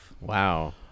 Wow